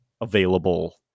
available